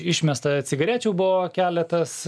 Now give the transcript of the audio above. išmesta cigarečių buvo keletas